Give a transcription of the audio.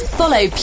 follow